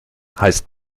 heißt